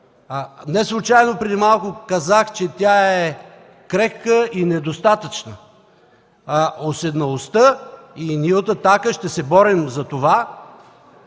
неслучайно преди малко казах, че тя е крехка и недостатъчна. Уседналостта, и ние от „Атака” ще се борим за това,